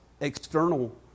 external